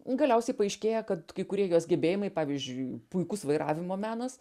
galiausiai paaiškėja kad kai kurie jos gebėjimai pavyzdžiui puikus vairavimo menas